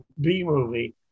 B-movie